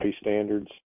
standards